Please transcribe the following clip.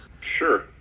Sure